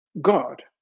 God